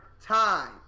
time